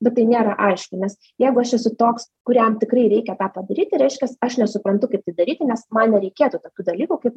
bet tai nėra aišku nes jeigu aš esu toks kuriam tikrai reikia tą padaryti reiškias aš nesuprantu kaip tai daryti nes man nereikėtų tokių dalykų kaip